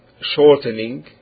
shortening